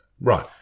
Right